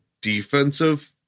defensive